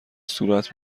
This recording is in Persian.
صورت